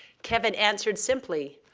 kevin answered simply,